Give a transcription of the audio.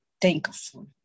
thankful